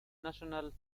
national